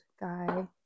guy